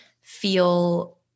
feel